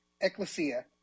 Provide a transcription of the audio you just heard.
Ecclesia